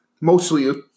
mostly